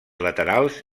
laterals